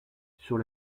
sur